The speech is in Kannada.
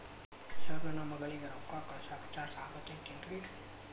ಸರ್ ನನ್ನ ಮಗಳಗಿ ರೊಕ್ಕ ಕಳಿಸಾಕ್ ಚಾರ್ಜ್ ಆಗತೈತೇನ್ರಿ?